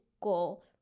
goal